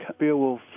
Beowulf